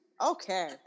Okay